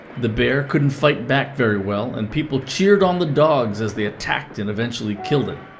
the bear couldn't fight back very well, and people cheered on the dogs as they attacked and eventually killed it.